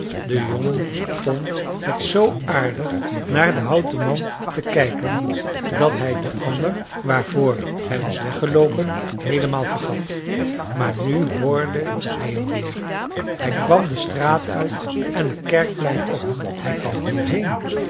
de jongen vond het zoo aardig naar den houten man te kijken dat hij den ander waarvoor hij was weggeloopen heelemaal vergat maar nu hoorde hij hem weer hij kwam de straat uit en het kerkplein op hij kwam hierheen